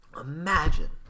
Imagine